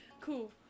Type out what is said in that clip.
Cool